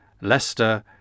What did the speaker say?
Leicester